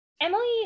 Emily